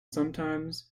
sometimes